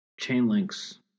Chainlinks